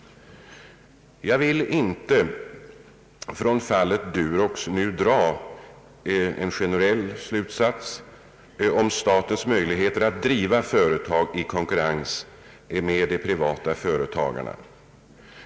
Jag tänker inte av fallet Durox nu dra någon generell slutsats om statens möjligheter att driva industri i konkurrens med de privata företagarna.